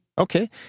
Okay